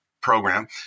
program